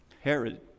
Herod